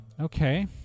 okay